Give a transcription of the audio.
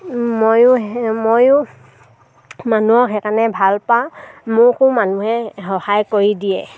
ময়ো ময়ো মানুহক সেইকাৰণে ভাল পাওঁ মোকো মানুহে সহায় কৰি দিয়ে